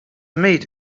made